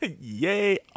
Yay